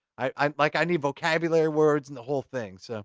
i like i need vocabulary words, and the whole thing. so